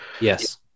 Yes